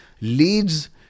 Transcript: leads